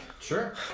Sure